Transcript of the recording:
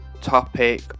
topic